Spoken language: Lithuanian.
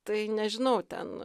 tai nežinau ten